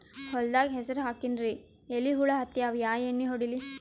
ಹೊಲದಾಗ ಹೆಸರ ಹಾಕಿನ್ರಿ, ಎಲಿ ಹುಳ ಹತ್ಯಾವ, ಯಾ ಎಣ್ಣೀ ಹೊಡಿಲಿ?